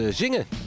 zingen